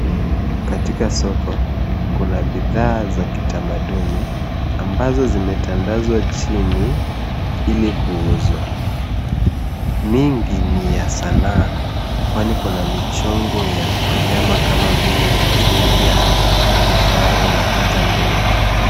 Katika soko kuna bidhaa za kitamaduni ambazo zimetandazwa chini ili kuuzwa, mingi ni ya sanaa kwani kuna michongo ya wanyama kama vile twiga, kifaru na hata ndovu.